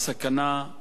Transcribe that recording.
על האפשרות